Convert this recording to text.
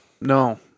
no